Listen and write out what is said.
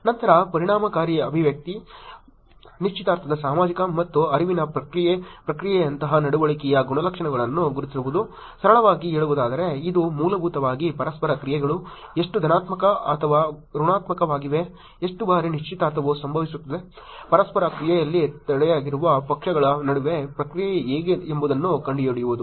ನಂತರ ಪರಿಣಾಮಕಾರಿ ಅಭಿವ್ಯಕ್ತಿ ನಿಶ್ಚಿತಾರ್ಥದ ಸಾಮಾಜಿಕ ಮತ್ತು ಅರಿವಿನ ಪ್ರತಿಕ್ರಿಯೆ ಪ್ರಕ್ರಿಯೆಯಂತಹ ನಡವಳಿಕೆಯ ಗುಣಲಕ್ಷಣಗಳನ್ನು ಗುರುತಿಸುವುದು ಸರಳವಾಗಿ ಹೇಳುವುದಾದರೆ ಇದು ಮೂಲಭೂತವಾಗಿ ಪರಸ್ಪರ ಕ್ರಿಯೆಗಳು ಎಷ್ಟು ಧನಾತ್ಮಕ ಅಥವಾ ಋಣಾತ್ಮಕವಾಗಿವೆ ಎಷ್ಟು ಬಾರಿ ನಿಶ್ಚಿತಾರ್ಥವು ಸಂಭವಿಸುತ್ತದೆ ಪರಸ್ಪರ ಕ್ರಿಯೆಯಲ್ಲಿ ತೊಡಗಿರುವ ಪಕ್ಷಗಳ ನಡುವಿನ ಪ್ರತಿಕ್ರಿಯೆ ಹೇಗೆ ಎಂಬುದನ್ನು ಕಂಡುಹಿಡಿಯುವುದು